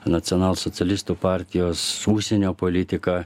nacionalsocialistų partijos užsienio politiką